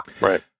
right